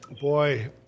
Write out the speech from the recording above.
Boy